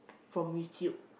from YouTube